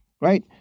Right